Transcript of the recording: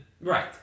Right